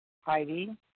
Heidi